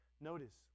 Notice